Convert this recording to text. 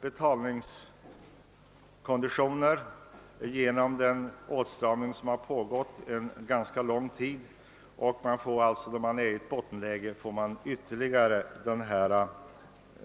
betalningskonditioner och åtstramningsåtgärder under ganska lång tid redan kommit i en besvärlig situation. Och i detta bottenläge tillkommer ytterligare den aktuella